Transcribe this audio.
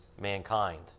mankind